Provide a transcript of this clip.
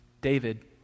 David